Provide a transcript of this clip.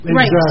right